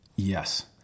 Yes